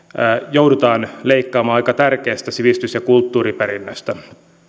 joudutaan leikkaamaan aika tärkeästä sivistys ja kulttuuriperinnöstä